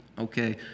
okay